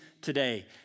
today